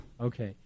Okay